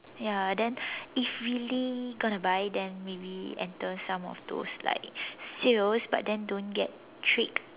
ya then if really gonna buy then maybe enter some of those like sales but then don't get tricked